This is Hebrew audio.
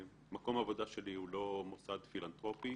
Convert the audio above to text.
מקום העבודה שלי הוא לא מוסד פילנטרופי